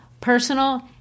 personal